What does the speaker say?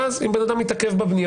ואז אם בן אדם מתעכב בבנייה,